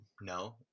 no